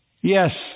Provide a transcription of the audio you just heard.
Yes